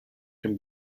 can